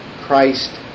christ